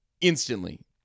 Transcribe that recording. instantly